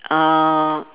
uh